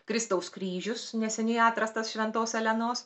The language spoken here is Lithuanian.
kristaus kryžius neseniai atrastas šventos elenos